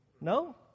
No